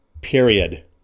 Period